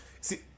See